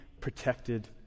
protected